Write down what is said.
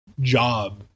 job